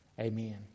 amen